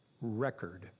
record